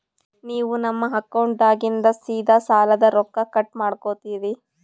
ನೀವು ನಮ್ಮ ಅಕೌಂಟದಾಗಿಂದ ಸೀದಾ ಸಾಲದ ರೊಕ್ಕ ಕಟ್ ಮಾಡ್ಕೋತೀರಿ?